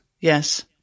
yes